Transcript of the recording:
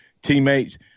Teammates